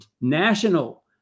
national